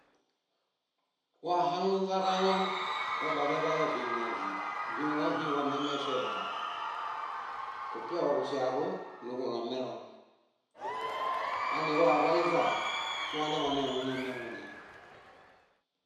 Wahaŋuźaġaloŋ wabareḃaya víwãvii. Víwãvii wamiamefiayao. Kupiawaġufiaruo nuġulomeloŋ. Haniwaḃayuźao, wañaḃaneluŋameluŋa.